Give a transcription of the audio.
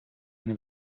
eine